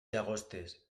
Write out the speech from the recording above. llagostes